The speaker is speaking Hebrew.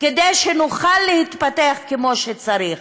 כדי שנוכל להתפתח כמו שצריך,